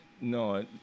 no